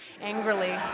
angrily